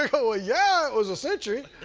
ah go, ah yeah, it was a century.